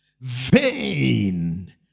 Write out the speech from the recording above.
vain